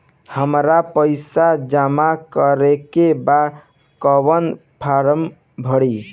हमरा पइसा जमा करेके बा कवन फारम भरी?